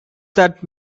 that